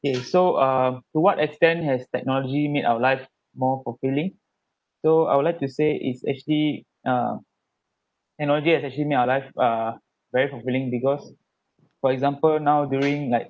kay~ so uh to what extent has technology made our life more fulfilling so I would like to say it's actually uh technology has actually made our life uh very fulfilling because for example now during like